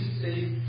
safe